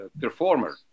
performer